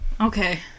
okay